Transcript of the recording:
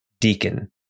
Deacon